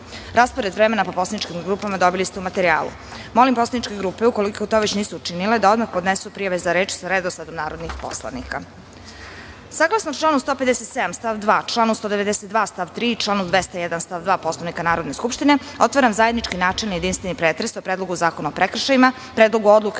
grupe. Raspored vremena po poslaničkim grupama dobili ste u materijalu. Molim poslaničke grupe, ukoliko to već nisu učinile da odmah podnesu prijave za reč sa redosledom narodnih poslanika. Saglasno članu 157. stav 2. članu 92. stav 3. i članu 201. stav 2. Poslovnika Narodne skupštine, otvaram zajednički načelni i jedinstveni pretres o Predlogu zakona o prekršajima, Predlogu odluke